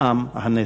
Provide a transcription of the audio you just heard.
עם הנצח.